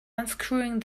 unscrewing